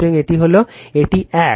সুতরাং এটা এই এক